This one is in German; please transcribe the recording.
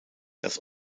das